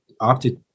opted